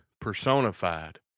personified